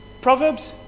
Proverbs